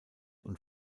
und